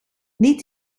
niet